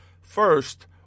first